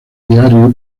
diario